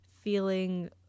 feeling